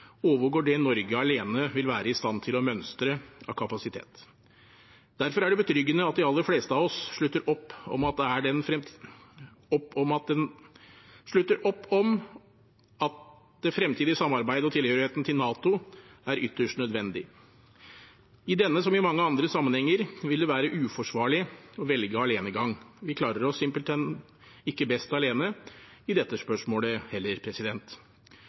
overgår det Norge alene vil være i stand til å mønstre av kapasitet. Derfor er det betryggende at de aller fleste av oss slutter opp om at det fremtidige samarbeidet og tilhørigheten til NATO er ytterst nødvendig. I denne, som i mange andre sammenhenger, vil det være uforsvarlig å velge alenegang. Vi klarer oss simpelthen ikke best alene i dette spørsmålet, heller.